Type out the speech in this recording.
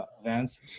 events